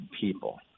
people